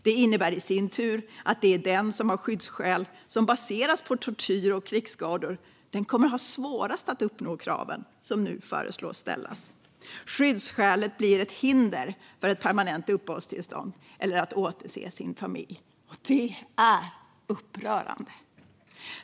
Det innebär i sin tur att det är just den med skyddsskäl som baseras på tortyr och krigsskador som kommer att ha svårast att uppnå de krav som man nu föreslår ska ställas. Skyddsskälet blir ett hinder för ett permanent uppehållstillstånd eller för att återse sin familj. Det är upprörande.